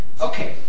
Okay